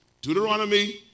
Deuteronomy